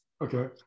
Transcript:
Okay